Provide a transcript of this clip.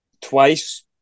twice